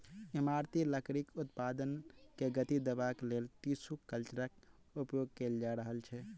इमारती लकड़ीक उत्पादन के गति देबाक लेल टिसू कल्चरक उपयोग कएल जा रहल छै